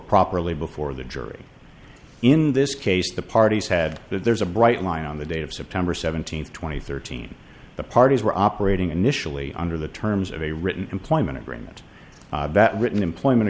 properly before the jury in this case the parties had there's a bright line on the date of september seventeenth two thousand and thirteen the parties were operating initially under the terms of a written employment agreement that written employment